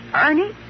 Ernie